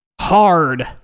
hard